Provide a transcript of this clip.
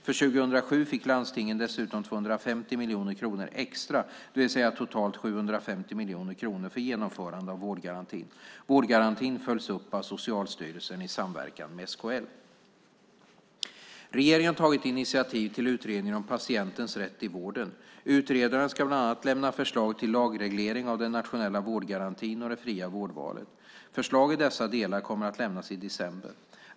För 2007 fick landstingen dessutom 250 miljoner kronor extra, det vill säga totalt 750 miljoner kronor för genomförandet av vårdgarantin. Vårdgarantin följs upp av Socialstyrelsen i samverkan med SKL. Regeringen har tagit initiativ till utredningen om patientens rätt i vården. Utredaren ska bland annat lämna förslag till lagreglering av den nationella vårdgarantin och det fria vårdvalet. Förslag i dessa delar kommer att lämnas i december.